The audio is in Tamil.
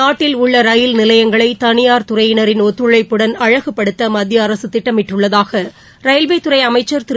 நாட்டில் உள்ள ரயில் நிலையங்களை தனியார் துறையினரின் ஒத்துழைப்புடன் அழகுபடுத்த மத்திய அரசு திட்டமிட்டுள்ளதாக ரயில்வே துறை அமைச்சள் திரு